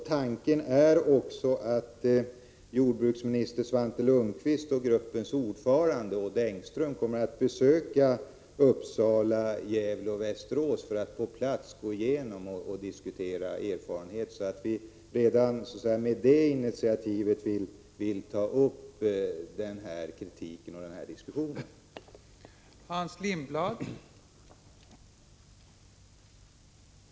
Tanken är också att jordbruksminister Svante Lundkvist och gruppens ordförande, Odd Engström, skall besöka Uppsala, Gävle och Västerås för att på plats diskutera erfarenheter. Redan med detta initiativ vill vi ta hänsyn till kritiken och vad som har sagts i denna diskussion.